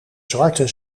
zwarte